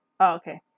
okay